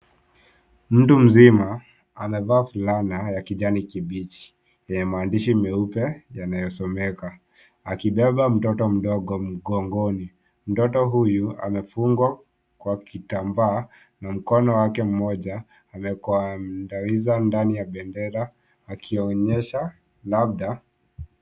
Mtu mzima amevaa fulana ya kijani kibichi yenye maandishi meupe yanayosomeka akibeba mtoto mdogo mgongoni. Mtoto huyu amefungwa kwa kitambaa na mkono wake mmoja amekwandariza ndani ya dera akionyesha labda...